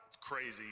crazy